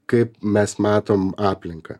kaip mes matom aplinką